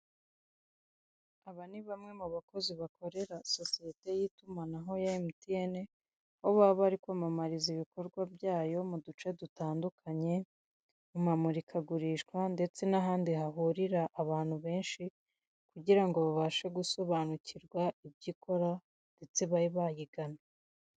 Aba ni bamwe mu bakozi bakorera sosiyete y'itumanaho ya emutiyene, aho baba bari kwamamariza ibikorwa byayo mu duce dutandukanye, mu mamurikagurishwa, ndetse n'ahandi hahurira abantu benshi, kugira ngo babashe gusobanurirwa ibyo ikora, ndetse babe bayigana.